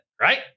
Right